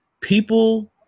People